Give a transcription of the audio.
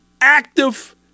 active